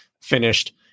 finished